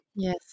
Yes